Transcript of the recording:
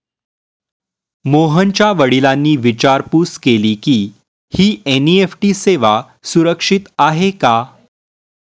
मोहनच्या वडिलांनी विचारपूस केली की, ही एन.ई.एफ.टी सेवा सुरक्षित आहे का?